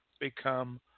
become